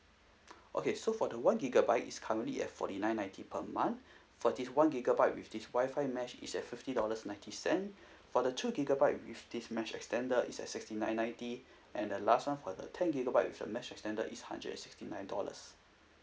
okay so for the one gigabyte is currently at forty nine ninety per month for this one gigabyte with this WI-FI mesh is at fifty dollars ninety cent for the two gigabyte with this mesh extender is at sixty nine ninety and the last one for the ten gigabyte with a mesh extender is hundred and sixty nine dollars